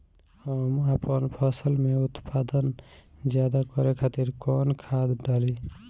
हम आपन फसल में उत्पादन ज्यदा करे खातिर कौन खाद डाली?